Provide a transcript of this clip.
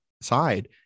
side